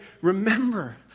remember